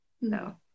no